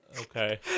Okay